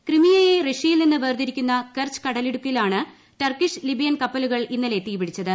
ക്രിമിയയെ റഷ്യയിൽ നിന്ന് വേർതിരിക്കുന്ന കെർച്ച് കടലിടുക്കിൽ ആണ് ടർക്കിഷ് ലിബിയൻ കപ്പലുകൾക്ക് ഇന്നലെ തീപിടിച്ചത്